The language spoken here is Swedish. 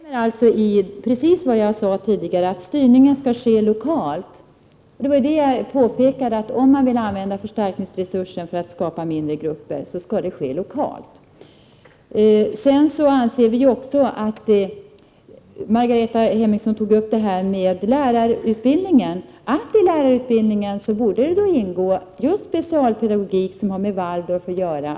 Herr talman! Margareta Hemmingsson instämmer alltså i vad jag tidigare sade, nämligen att styrningen skall ske lokalt. Jag påpekade ju just att om man vill använda förstärkningsresursen för att skapa mindre grupper skall det ske lokalt. Margareta Hemmingsson tog upp lärarutbildningen. Vi anser också att det ilärarutbildningen borde ingå alternativ, t.ex. just specialpedagogik som har med Waldorf att göra.